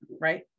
right